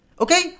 Okay